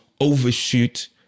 overshoot